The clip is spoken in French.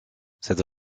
cette